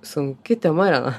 sunki tema yra